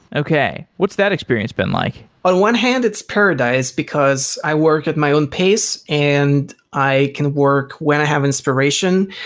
okay. what's that experience been like? on one hand, it's paradise, because i work at my own pace and i can work when i have inspiration.